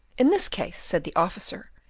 in this case, said the officer,